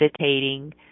meditating